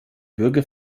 bürger